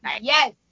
Yes